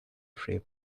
three